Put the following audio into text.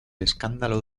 escándalo